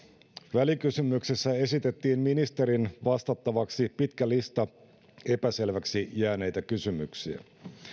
välikysymyksessä esitettiin ministerin vastattavaksi pitkä lista epäselväksi jääneitä kysymyksiä